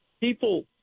people